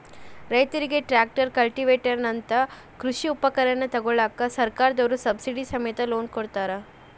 ರೈತರಿಗೆ tractor, cultivator ನಂತ ಕೃಷಿ ಉಪಕರಣ ತೊಗೋಳಾಕ ಸರ್ಕಾರದವ್ರು ಸಬ್ಸಿಡಿ ಸಮೇತ ಲೋನ್ ಕೊಡ್ತಾರ